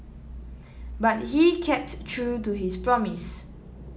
but he kept true to his promise